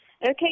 Okay